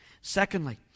Secondly